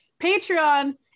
Patreon